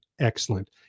excellent